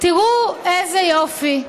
תראו איזה יופי.